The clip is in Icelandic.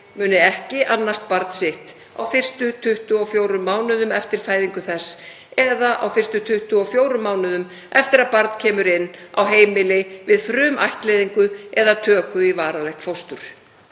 muni ekki annast barn sitt á fyrstu 24 mánuðum eftir fæðingu þess eða á fyrstu 24 mánuðum eftir að barn kemur inn á heimili við frumættleiðingu eða töku í varanlegt fóstur.